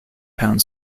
pound